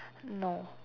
no